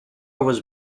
was